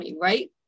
right